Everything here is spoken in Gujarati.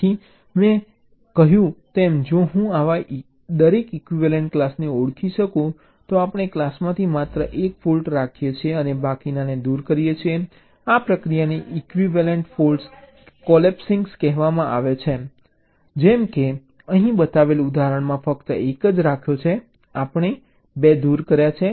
તેથી મેં કહ્યું તેમ જો હું આવા દરેક ઇક્વિવેલન્ટ ક્લાસને ઓળખી શકું તો આપણે તે ક્લાસમાંથી માત્ર 1 ફોલ્ટ રાખીએ છીએ અને બાકીનાને દૂર કરીએ છીએ આ પ્રક્રિયાને ઇક્વિવેલન્ટ ફોલ્ટ કોલેપ્સિંગ કહેવામાં આવે છે જેમ કે મેં અહીં બતાવેલ ઉદાહરણમાં ફક્ત 1 જ રાખ્યો છે આપણે અન્ય 2 દૂર કર્યા છે